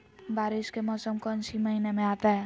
बारिस के मौसम कौन सी महीने में आता है?